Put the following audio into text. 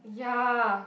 ya